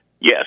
Yes